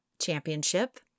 Championship